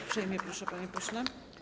Uprzejmie proszę, panie pośle.